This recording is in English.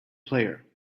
player